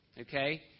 okay